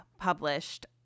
published